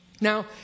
Now